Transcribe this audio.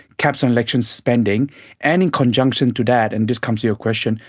caps on election spending and in conjunction to that, and this comes to your question,